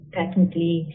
technically